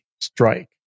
strike